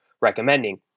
recommending